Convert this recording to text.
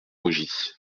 maugis